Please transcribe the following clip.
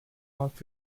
off